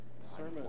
Sermon